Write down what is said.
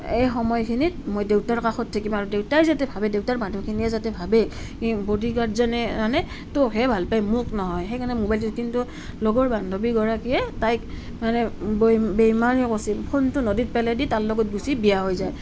এই সময়খিনিত মই দেউতাৰ কাষত থাকিম আৰু দেউতাই যাতে ভাৱে দেউতাৰ মানুহখিনিয়ে যাতে ভাৱে এই বডিগাৰ্ডজনে মানে তোকহে ভাল পায় মোক নহয় সেইকাৰণে মোবাইলটো কিন্তু লগৰ বান্ধৱীগৰাকীয়ে তাইক মানে বে বেইমানি কৰিছে ফোনটো নদীত পেলাই দি তাৰ লগত গুছি বিয়া হৈ যায়